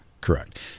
Correct